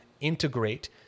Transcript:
integrate